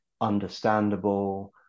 understandable